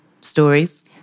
stories